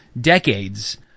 decades